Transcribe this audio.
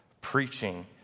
preaching